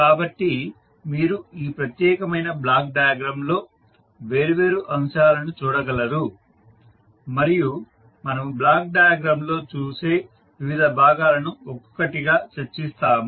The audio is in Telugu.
కాబట్టి మీరు ఈ ప్రత్యేకమైన బ్లాక్ డయాగ్రమ్ లో వేర్వేరు అంశాలను చూడగలరు మరియు మనము బ్లాక్ డయాగ్రమ్ లో చూసే వివిధ భాగాలను ఒక్కొక్కటిగా చర్చిస్తాము